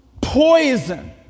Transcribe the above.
poison